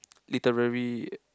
literary